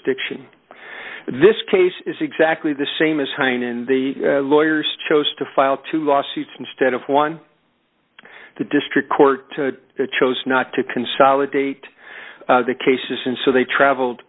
stiction this case is exactly the same as heine in the lawyers chose to file two lawsuits instead of one the district court to chose not to consolidate the cases and so they traveled